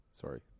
Sorry